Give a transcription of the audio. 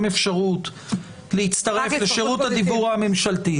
אפשרות להצטרף לשירות הדיוור הממשלתי.